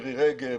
מירי רגב,